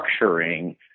structuring